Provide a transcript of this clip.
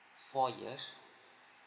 four years